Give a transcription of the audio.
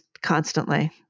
constantly